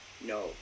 no